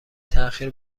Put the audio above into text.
تاخیر